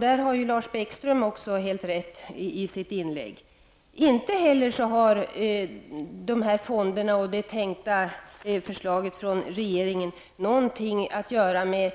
Där har Lars Bäckström helt rätt i sitt inlägg. Dessa fonder och regeringens förslag har inte heller någonting att göra med